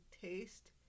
taste